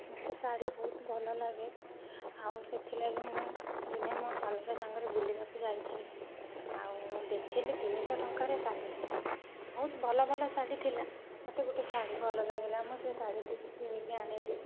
ମୋତେ ଶାଢ଼ୀ ବହୁତ ଭଲ ଲାଗେ ଆଉ ସେଥିଲାଗି ମୁଁ ଦିନେ ମୋ ସ୍ଵାମୀଙ୍କ ସାଙ୍ଗେରେ ବୁଲିବାକୁ ଯାଇଥିଲି ଆଉ ଦେଖିଲି ତିନିଶହ ଟଙ୍କାରେ ଶାଢ଼ୀ ବହୁତ ଭଲ ଭଲ ଶାଢ଼ୀ ଥିଲା ମୋତେ ଗୋଟେ ଶାଢ଼ୀ ଭଲ ଲାଗିଲା ମୁଁ ସେ ଶାଢ଼ୀଟିକୁ କିଣିକି ଆଣିଲି